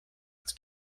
its